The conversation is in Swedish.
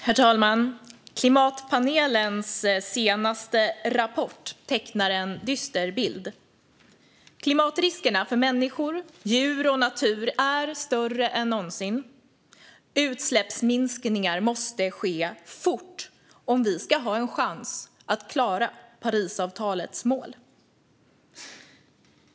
Herr talman! Klimatpanelens senaste rapport tecknar en dyster bild. Klimatriskerna för människor, djur och natur är större än någonsin. Utsläppsminskningar måste ske fort om vi ska ha en chans att klara Parisavtalets mål.